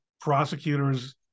prosecutors